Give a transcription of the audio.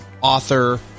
author